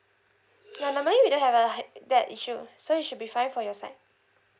ya normally we don't have uh that issue so it should be fine for your side